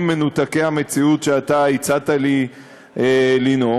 מנותקי המציאות שאתה הצעת לי לנאום.